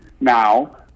now